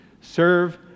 serve